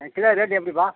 kilo rate எப்படிப்பா